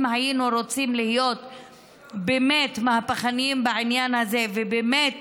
אם היינו רוצים להיות באמת מהפכניים בעניין הזה ובאמת